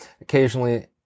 Occasionally